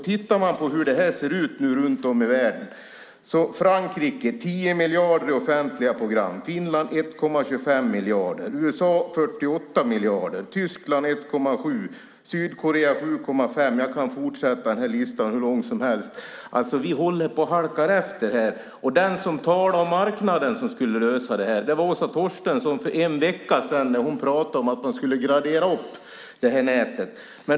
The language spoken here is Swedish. Tittar man på hur det ser ut nu runt om i världen har Frankrike 10 miljarder i offentliga program, Finland 1,25 miljarder, USA 48 miljarder, Tyskland 1,7, Sydkorea 7,5. Jag kan fortsätta och göra den här listan hur lång som helst. Vi håller på att halka efter. Den som talade om att marknaden skulle lösa det var Åsa Torstensson för en vecka sedan när hon pratade om att man skulle gradera upp nätet.